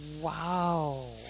Wow